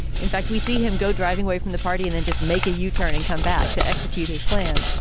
in fact, we see him go driving away from the party and then just make a yeah u-turn and come back to execute his plan.